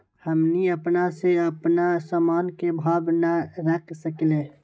हमनी अपना से अपना सामन के भाव न रख सकींले?